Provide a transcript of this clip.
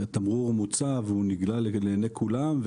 תמרור מוצב והוא נגלה לעיני כולם,